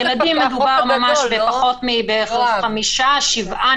על ילדים מדובר על פחות, בערך חמישה, שבעה